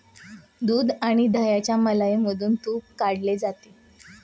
दूध आणि दह्याच्या मलईमधून तुप काढले जाते